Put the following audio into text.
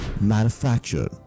Manufactured